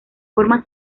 forma